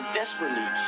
desperately